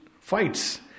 fights